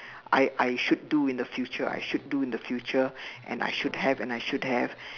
I I should do in the future I should do in the future and I should have and I should have